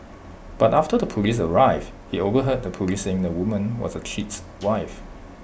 but after the Police arrived he overheard the Police saying the woman was the cheat's wife